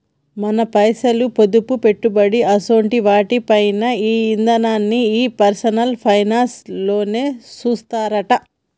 మన పైసలు, పొదుపు, పెట్టుబడి అసోంటి వాటి పైన ఓ ఇదనాన్ని ఈ పర్సనల్ ఫైనాన్స్ లోనే సూత్తరట